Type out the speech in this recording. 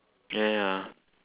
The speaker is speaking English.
ya ya